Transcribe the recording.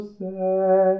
say